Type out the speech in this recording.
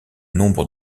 nombre